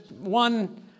one